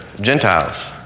Gentiles